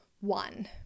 one